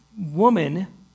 woman